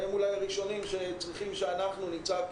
והם אולי הראשונים שצריכים שאנחנו נצעק